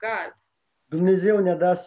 God